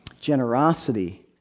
generosity